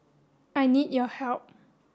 I need your help